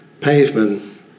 pavement